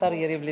השר יריב לוין,